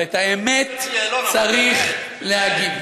אבל את האמת צריך להגיד.